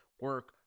Work